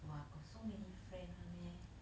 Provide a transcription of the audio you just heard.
!wah! got so many friend one meh